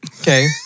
okay—